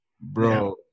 Bro